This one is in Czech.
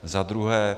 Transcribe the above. Za druhé.